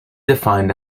defined